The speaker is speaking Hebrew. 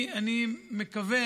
אני מקווה,